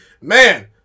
man